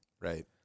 right